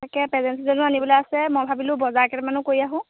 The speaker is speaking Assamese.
তাকে প্ৰেজেণ্ট চেজেনো আনিবলৈ আছে মই ভাবিলোঁ বজাৰ কেইটামানো কৰি আহোঁ